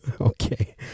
Okay